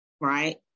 right